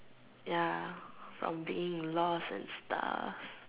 ya from being in lost and stuff